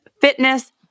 fitness